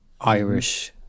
Irish